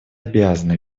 обязана